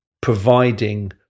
providing